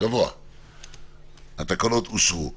הצבעה בעד פה אחד אושר אושר פה אחד.